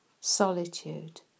solitude